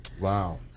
Wow